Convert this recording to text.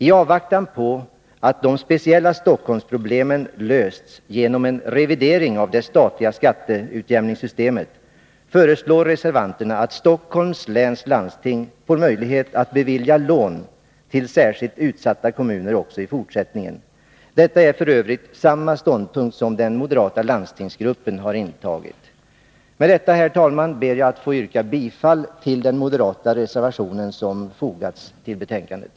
I avvaktan på att de speciella Stockholmsproblemen löses genom en revidering av det statliga skatteutjämningssystemet, föreslår reservanterna att landstingskommunen får möjlighet att bevilja lån till särskilt utsatta kommuner också i fortsättningen. Detta är f. ö. samma ståndpunkt som den moderata landstingsgruppen har intagit. Med detta, herr talman, ber jag att få yrka bifall till den moderata reservationen som fogats till betänkandet.